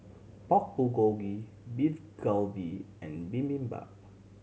Pork Bulgogi Beef Galbi and Bibimbap